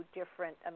different